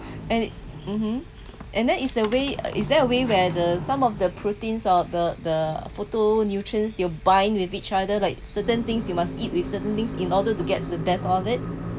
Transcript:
and mmhmm and then is a way is there a way where the some of the proteins or the the phytonutrients you're binding with each other like certain things you must eat with certain things in order to get the best of it